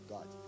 God